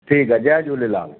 ठीकु आहे जय झूलेलाल